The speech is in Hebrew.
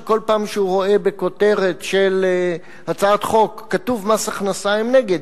שכל פעם שהוא רואה שבכותרת של הצעת חוק כתוב "מס הכנסה" הם נגד,